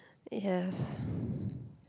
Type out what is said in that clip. it has